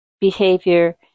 behavior